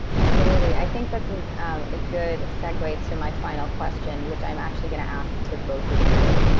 absolutely. i think that's a good segue to my final question, which i'm actually going to ask to both of you